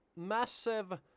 massive